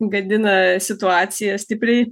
gadina situaciją stipriai